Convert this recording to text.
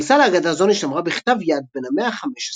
גרסה לאגדה זו נשתמרה בכתב-יד בן המאה החמש-עשרה,